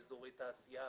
באזורי תעשייה,